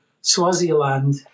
Swaziland